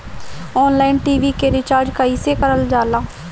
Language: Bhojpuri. ऑनलाइन टी.वी के रिचार्ज कईसे करल जाला?